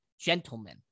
gentlemen